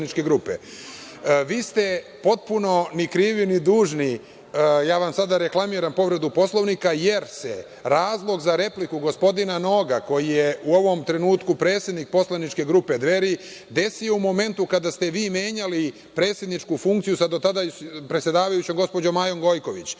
ste potpuno, ni krivi ni dužni, ja vam sada reklamiram povredu Poslovnika jer se razlog za repliku gospodina Noga, koji je u ovom trenutku predsednik poslaničke grupe Dveri, desio u momentu kada ste vi menjali predsedničku funkciju sa do tada predsedavajućom gospođom Majom Gojković. Dakle,